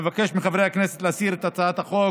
אבקש מחברי הכנסת להסיר את הצעת החוק